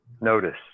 notice